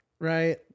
Right